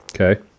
Okay